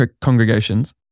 congregations